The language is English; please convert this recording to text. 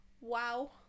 wow